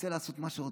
רוצה לעשות מה שרוצה,